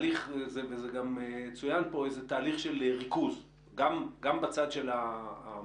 וזה גם צוין פה איזה תהליך של ריכוז גם בצד של המגדלים,